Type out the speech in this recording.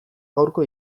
gaurko